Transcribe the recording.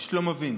אני פשוט לא מבין.